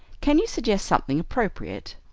can you suggest something appropriate?